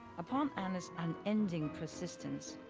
upon anna's unending persistence,